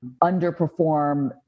underperform